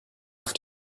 auf